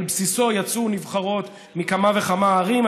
על בסיסו יצאו נבחרות מכמה וכמה ערים.